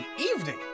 evening